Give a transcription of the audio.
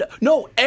No